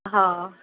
હા